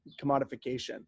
commodification